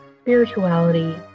spirituality